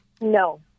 No